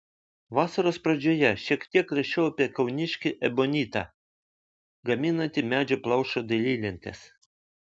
vasaros pradžioje šiek tiek rašiau apie kauniškį ebonitą gaminantį medžio plaušo dailylentes